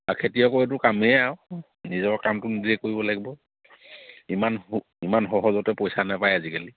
বা খেতিয়কৰ এইতো কামেই আৰু নিজৰ কামটো নিজে কৰিব লাগিব ইমান ইমান সহজতে পইচা নাপায় আজিকালি